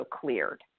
cleared